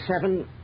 seven